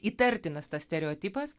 įtartinas tas stereotipas